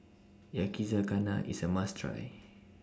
Yakizakana IS A must Try